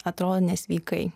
atrodo nesveikai